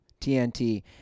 TNT